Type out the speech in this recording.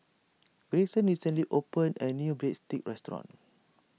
Grayson recently opened a new Breadsticks restaurant